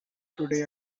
today